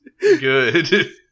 good